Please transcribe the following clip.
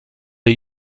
est